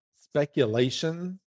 speculation